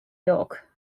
york